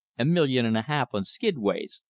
a million and a half on skidways,